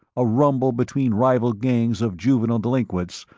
a rumble between rival gangs of juvenile delinquents,